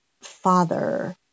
father